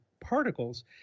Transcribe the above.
particles